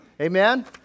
Amen